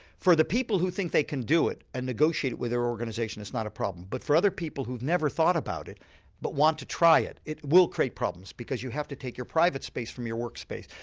for the people who think they can do it and negotiate with their organisation it's not a problem. but for other people who've never thought about it but want to try it, it will create problems because you have to take your private space from your work space.